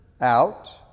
out